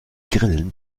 grillen